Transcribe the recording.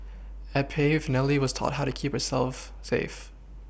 at Pave Nellie was taught how to keep herself safe